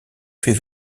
fais